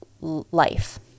life